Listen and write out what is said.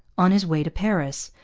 on his way to paris,